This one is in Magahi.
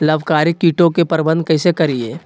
लाभकारी कीटों के प्रबंधन कैसे करीये?